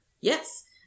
Yes